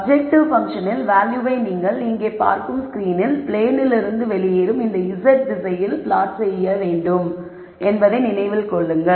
objective பன்ஃசனின் வேல்யூவை நீங்கள் இங்கே பார்க்கும் ஸ்கிரீனின் பிளேனிலிருந்து வெளியேறும் இந்த z திசையில் பிளாட் செய்யப்போகிறோம் என்பதை நினைவில் கொள்ளுங்கள்